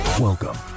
Welcome